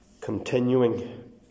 continuing